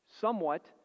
somewhat